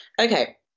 Okay